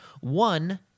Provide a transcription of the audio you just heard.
One